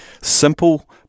simple